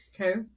Okay